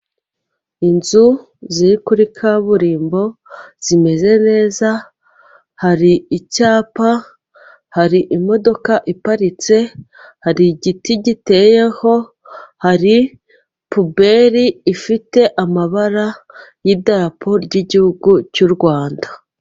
Inzu ziri kuri kaburimbo zimeze neza hari icyapa, hari imodoka iparitse, hari igiti giteyeho, hari puberi ifite amabara y'idarapo ry'igihugu cy'u Rwanda.